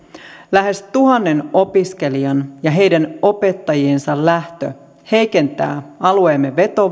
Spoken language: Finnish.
lähes tuhannen opiskelijan ja heidän opettajiensa lähtö heikentää alueemme vetovoimaa